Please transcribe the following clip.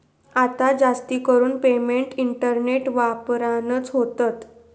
आता जास्तीकरून payment internet वापरानच होतत